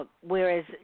Whereas